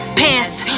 pants